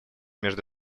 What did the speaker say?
между